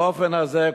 באופן הזה,